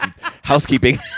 Housekeeping